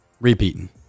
repeating